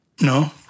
No